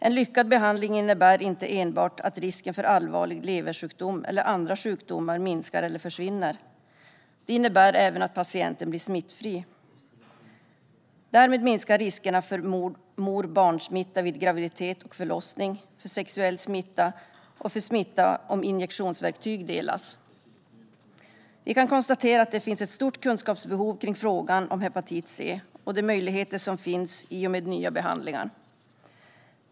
En lyckad behandling innebär inte enbart att risken för allvarlig leversjukdom eller andra sjukdomar minskar eller försvinner utan även att patienten blir smittfri. Därmed minskar riskerna för smitta mellan mor och barn vid graviditet och förlossning, för sexuell smitta och för smitta om injektionsverktyg delas. Vi kan konstatera att det finns ett stort kunskapsbehov kring frågan om hepatit C och de möjligheter som finns i och med nya behandlingar.